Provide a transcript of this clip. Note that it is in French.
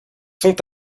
sont